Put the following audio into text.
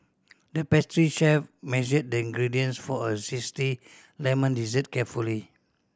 the pastry chef measured the ingredients for a zesty lemon dessert carefully